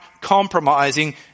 compromising